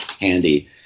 handy